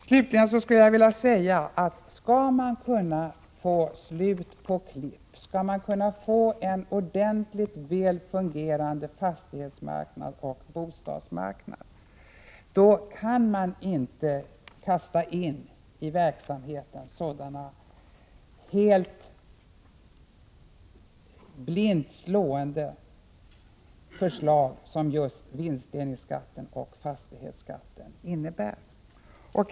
Slutligen skulle jag vilja säga, att skall man kunna få slut på klipp och få en väl fungerande fastighetsoch bostadsmarknad, kan man inte kasta in i verksamheten sådana blint slående förslag som just vinstdelningsskatten och fastighetsskatten innebär.